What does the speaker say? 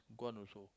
gone also